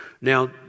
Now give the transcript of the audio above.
Now